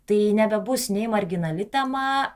tai nebebus nei marginali tema